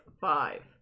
five